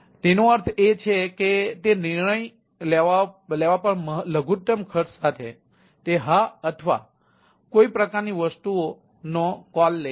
તેનો અર્થ એ છે કે તે નિર્ણયો લેવા પર લઘુતમ ખર્ચ સાથે તે હા અથવા કોઈ પ્રકારની વસ્તુઓ નો કોલ લે છે